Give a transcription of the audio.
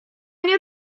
nie